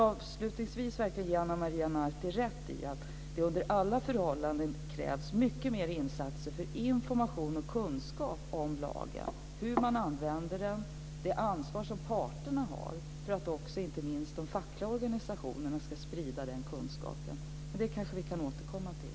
Avslutningsvis vill jag ge Ana Maria Narti rätt i att det under alla förhållanden krävs mycket mer insatser för information och kunskap om lagen, hur man använder den, det ansvar som parterna har, för att inte minst de fackliga organisationerna ska sprida den kunskapen. Det kanske vi kan återkomma till.